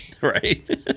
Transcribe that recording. Right